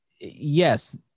yes